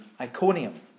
Iconium